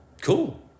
cool